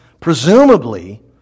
presumably